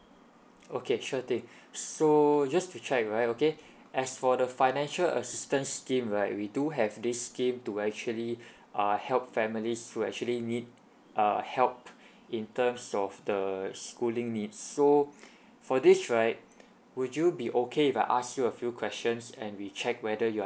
okay sure thing so just to check right okay as for the financial assistance scheme right we do have this scheme to actually uh help families who actually need uh help in terms of the schooling needs so for this right would you be okay if I ask you a few questions and we check whether you are